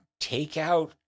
takeout